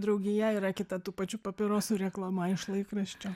draugija yra kita tų pačių papirosų reklama iš laikraščio